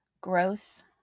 growth